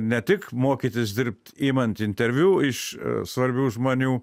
ne tik mokytis dirbt imant interviu iš svarbių žmonių